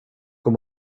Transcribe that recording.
god